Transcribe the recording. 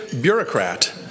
Bureaucrat